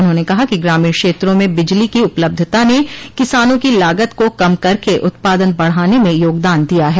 उन्होंने कहा कि ग्रामीण क्षेत्रों में बिजली की उपलब्धता ने किसानों की लागत को कम करके उत्पादन बढ़ाने में योगदान दिया है